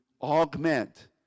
augment